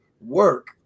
work